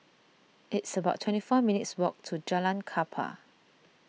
it's about twenty four minutes' walk to Jalan Kapal